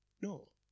no